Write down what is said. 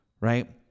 right